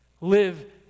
Live